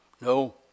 No